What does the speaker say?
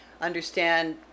understand